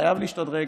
חייב להשתדרג,